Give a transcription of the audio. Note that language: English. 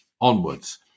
onwards